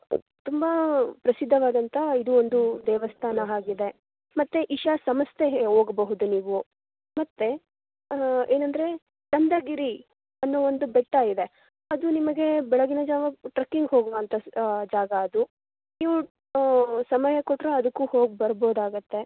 ತುಂಬ ಪ್ರಸಿದ್ಧವಾದಂತಹ ಇದು ಒಂದು ದೇವಸ್ಥಾನ ಆಗಿದೆ ಮತ್ತೆ ಇಶಾ ಸಂಸ್ಥೆಗೆ ಹೋಗ್ಬಹುದು ನೀವು ಮತ್ತೆ ಏನೆಂದ್ರೆ ಸ್ಕಂದಗಿರಿ ಅನ್ನೋ ಒಂದು ಬೆಟ್ಟ ಇದೆ ಅದು ನಿಮಗೆ ಬೆಳಗಿನ ಜಾವ ಟ್ರಕ್ಕಿಂಗ್ ಹೋಗುವಂತಹ ಜಾಗ ಅದು ನೀವು ಸಮಯ ಕೊಟ್ಟರು ಅದಕ್ಕು ಹೋಗಿ ಬರ್ಬೋದಾಗುತ್ತೆ